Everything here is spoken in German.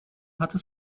hatte